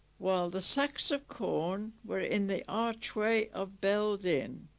while the sacks of corn were in the archway of belldin